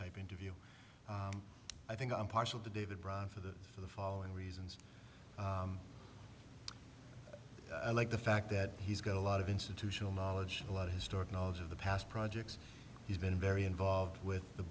type interview i think i'm partial to david brock for that for the following reasons i like the fact that he's got a lot of institutional knowledge a lot of historic knowledge of the past projects he's been very involved with the